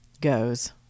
goes